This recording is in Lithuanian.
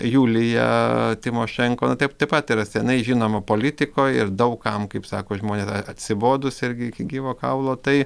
julija tymošenko nu taip taip pat yra senai žinomo politiko ir daug kam kaip sako žmonės atsibodus irgi iki gyvo kaulo tai